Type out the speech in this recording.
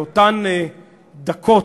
באותן דקות,